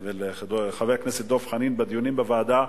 לחבר הכנסת דב חנין, בדיונים בוועדה,